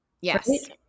Yes